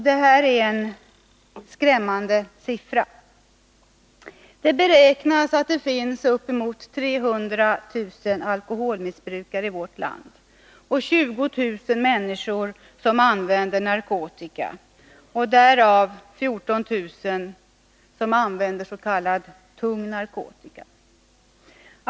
Det är en skrämmande siffra. Det beräknas att det finns uppemot 300 000 alkoholmissbrukare i landet och 20 000 människor som använder narkotika — därav 14 000 som använder s.k. tung narkotika.